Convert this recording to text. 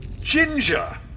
Ginger